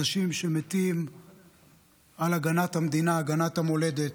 אנשים שמתים על הגנת המדינה, הגנת המולדת,